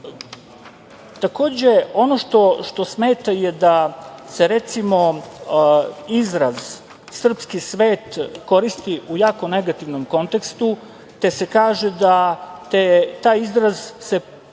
sebe. Takođe, ono što smeta je da se recimo, izraz „srpski svet“ koristi u jako negativnom kontekstu, te se kaže da taj izraz se nekako